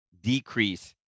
decrease